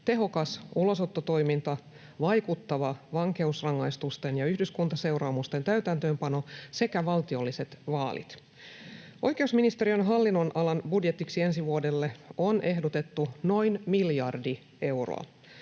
tehokas ulosottotoiminta, vaikuttava vankeusrangaistusten ja yhdyskuntaseuraamusten täytäntöönpano sekä valtiolliset vaalit. Oikeusministeriön hallinnonalan budjetiksi ensi vuodelle on ehdotettu noin miljardi euroa.